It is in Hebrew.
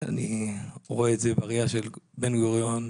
לא משווה את עצמי לבן גוריון,